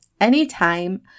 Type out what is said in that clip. Anytime